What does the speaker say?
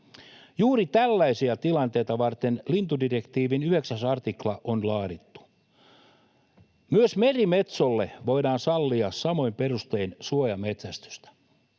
Juuri tällaisia tilanteita varten lintudirektiivin 9 artikla on laadittu. Myös merimetsolle voidaan sallia samoin perustein suojametsästystä.